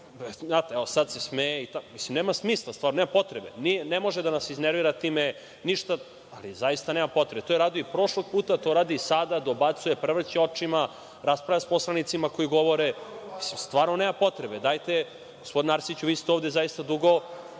sad se smeje. Nema smisla stvarno, nema potrebe. Ne može da nas iznervira time, ali zaista nema potrebe. To je radio i prošlog puta, to radi i sada, dobacuje, prevrće očima, raspravlja sa poslanicima koji govore. Mislim, stvarno nema potrebe. Gospodine Arsiću, vi ste ovde zaista dugo.